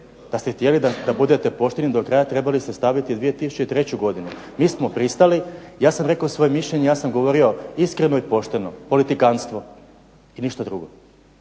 Da ste htjeli da budete pošteni do kraja trebali ste staviti 2003. godinu. Mi smo pristali. Ja sam rekao svoje mišljenje. Ja sam govorio iskreno i pošteno. Politikanstvo i ništa drugo,